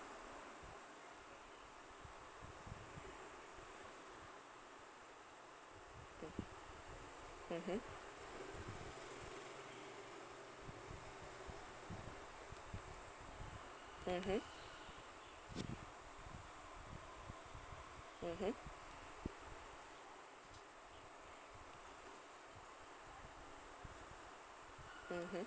mmhmm mmhmm mmhmm mmhmm